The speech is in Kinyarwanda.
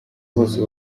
bose